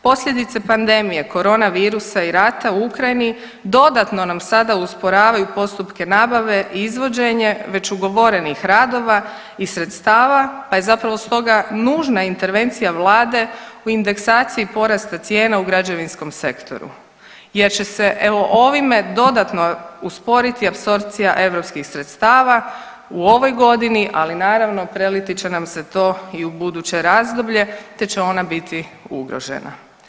Posljedice pandemije korona virusa i rata u Ukrajini dodatno nam sada usporavaju postupke nabave, izvođenje već ugovorenih radova i sredstava pa je zapravo stoga nužna intervencija vlade u indeksaciji porasta cijena u građevinskom sektoru jer će se evo ovime dodatno usporiti apsorpcija europskih sredstava u ovoj godini, ali naravno preliti će nam se to i u buduće razdoblje te će ona biti ugrožena.